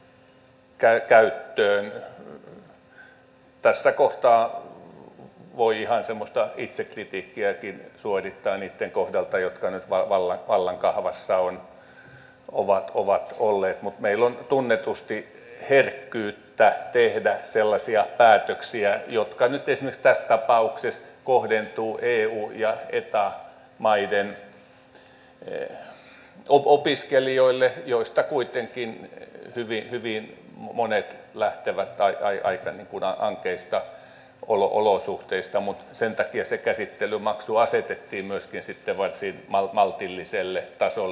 tässä kohtaa voi ihan semmoista itsekritiikkiäkin suorittaa niitten kohdalta jotka nyt vallan kahvassa ovat olleet mutta meillä on tunnetusti herkkyyttä tehdä sellaisia päätöksiä jotka nyt esimerkiksi tässä tapauksessa kohdentuvat eu ja eta maiden opiskelijoille joista kuitenkin hyvin monet lähtevät aika ankeista olosuhteista mutta sen takia se käsittelymaksu asetettiin myöskin varsin maltilliselle tasolle